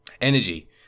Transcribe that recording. Energy